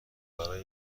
برای